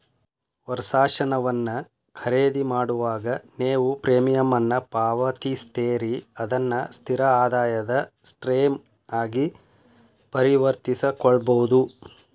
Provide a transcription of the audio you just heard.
ವರ್ಷಾಶನವನ್ನ ಖರೇದಿಮಾಡಿದಾಗ, ನೇವು ಪ್ರೇಮಿಯಂ ಅನ್ನ ಪಾವತಿಸ್ತೇರಿ ಅದನ್ನ ಸ್ಥಿರ ಆದಾಯದ ಸ್ಟ್ರೇಮ್ ಆಗಿ ಪರಿವರ್ತಿಸಕೊಳ್ಬಹುದು